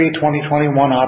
2021